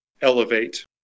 elevate